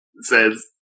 says